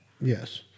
Yes